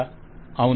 client అవును